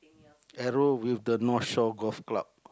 arrow with the north shore golf club